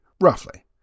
Roughly